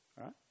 right